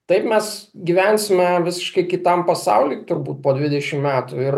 taip mes gyvensime visiškai kitam pasauly turbūt po dvidešim metų ir